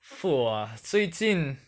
food ah 最近